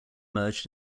merged